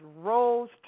rose